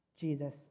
Jesus